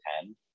ten